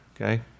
okay